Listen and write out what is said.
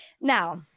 Now